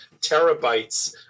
terabytes